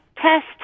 test